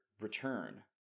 return